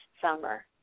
summer